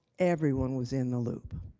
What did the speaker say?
everyone was in the loop.